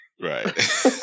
Right